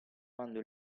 quando